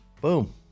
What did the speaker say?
boom